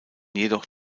jedoch